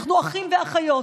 אנחנו אחים ואחיות,